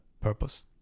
purpose